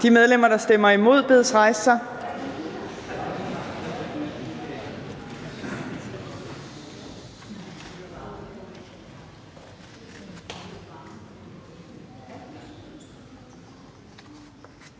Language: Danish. De medlemmer, der stemmer imod, bedes rejse sig.